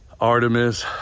Artemis